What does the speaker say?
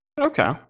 Okay